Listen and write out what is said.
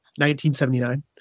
1979